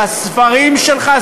בספרים שלך,